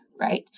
right